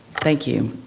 thank you.